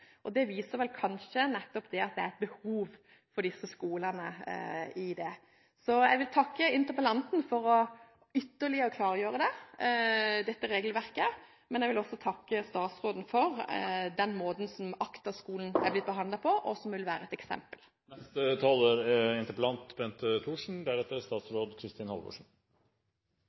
Det viser vel kanskje nettopp at det er et behov for disse skolene. Jeg vil takke interpellanten for ytterligere å klargjøre dette regelverket, men jeg vil også takke statsråden for den måten som ACTA-skolen er blitt behandlet på, og som vil være et eksempel.